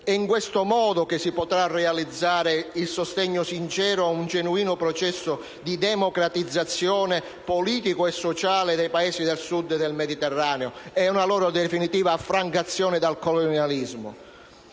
È in questo modo che si potrà realizzare il sostegno sincero ad un genuino processo di democratizzazione politica e sociale dei Paesi del Sud del Mediterraneo ed una loro definitiva affrancazione dal colonialismo.